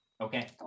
Okay